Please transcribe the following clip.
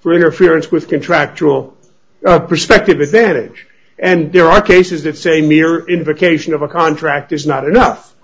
for interference with contractual perspectives then age and there are cases that say near invocation of a contract is not enough